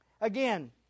Again